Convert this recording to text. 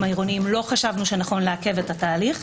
העירוניים לא חשבנו שנכון לעכב את התהליך,